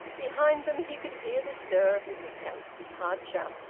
behind them he could hear the stir of mrs hamps's departure.